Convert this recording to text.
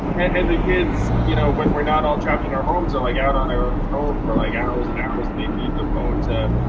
and the kids, you know when we're not all trapped in our homes, are, like, out on their own for, like, hours and hours and they need the phone to